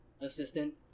assistant